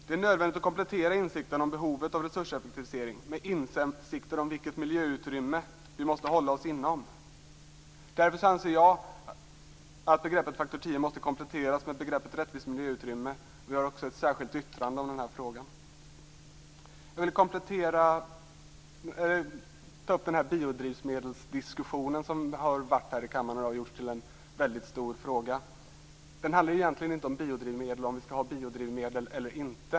Det är nödvändigt att komplettera insikten om behovet av resurseffektivisering med insikten om vilket miljöutrymme vi måste hålla oss inom. Därför anser jag att begreppet faktor 10 måste kompletteras med begreppet rättvist miljöutrymme. Vi har också ett särskilt yttrande om den frågan. Jag vill ta upp den här biodrivmedelsdiskussionen som har varit här i kammaren i dag och som har gjorts till en väldigt stor fråga. Det handlar egentligen inte om biodrivmedel och om vi skall ha biodrivmedel eller inte.